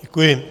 Děkuji.